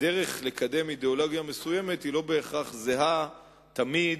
הדרך לקדם אידיאולוגיה מסוימת לא בהכרח זהה תמיד,